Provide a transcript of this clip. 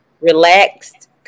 relaxed